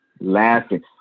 laughing